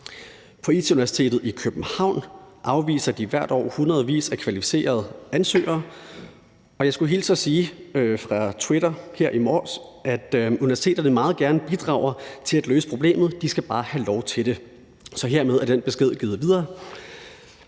På IT-Universitetet i København afviser de hvert år hundredvis af kvalificerede ansøgere, og jeg skulle hilse og sige fra Twitter her i morges, at universiteterne meget gerne bidrager til at løse problemet. De skal bare have lov til det. Så hermed er den besked givet videre.